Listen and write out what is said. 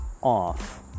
off